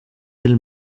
del